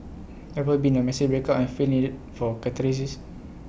ever been A messy breakup and feel needed for catharsis